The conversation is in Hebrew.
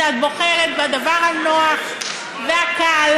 כשאת בוחרת בדבר הנוח והקל.